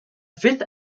fifth